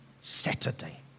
Saturday